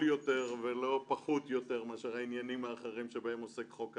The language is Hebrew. יותר ולא פחות מהעניינים האחרים שבהם עוסק חוק הנכבה.